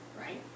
right